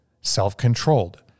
self-controlled